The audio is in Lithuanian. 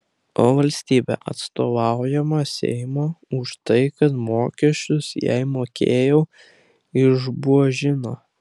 o valstybė atstovaujama seimo už tai kad mokesčius jai mokėjau išbuožino